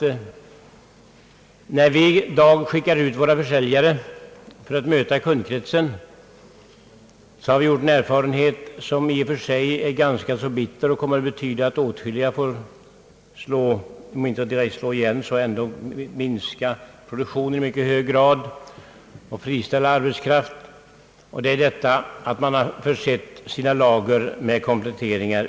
Konfektionsindustrins försäljare, som skickats ut för att möta kundkretsen, har gjort en erfarenhet som i och för sig är ganska bitter och kommer att betyda att åtskilliga fabriker får slå igen eller minska produktionen i hög grad och friställa arbetskraften. Återförsäljarna har kompletterat sina lager med importerade varor.